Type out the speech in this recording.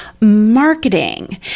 marketing